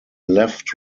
left